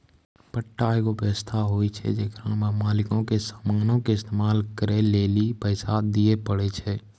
पट्टा एगो व्य्वस्था होय छै जेकरा मे मालिको के समानो के इस्तेमाल करै लेली पैसा दिये पड़ै छै